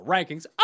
Rankings